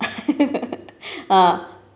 ah